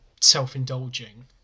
self-indulging